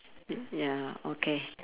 it ya okay